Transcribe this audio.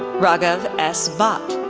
raghav s. bhat,